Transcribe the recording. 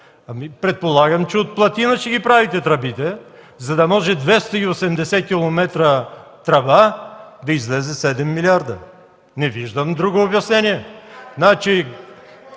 Предполагам, че ще правите тръбите от платина, за да може 280 км тръба да излезе 7 милиарда. Не виждам друго обяснение.